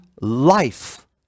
life